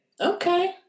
Okay